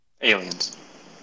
Aliens